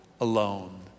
Alone